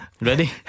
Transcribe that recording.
Ready